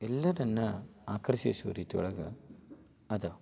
ಎಲ್ಲರನ್ನೂ ಆಕರ್ಷಿಸುವ ರೀತಿ ಒಳಗೆ ಅದು